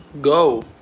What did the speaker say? go